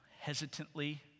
hesitantly